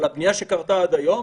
אבל הבנייה שקרתה עד היום,